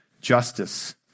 justice